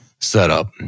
setup